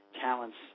talents